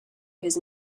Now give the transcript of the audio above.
his